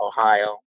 Ohio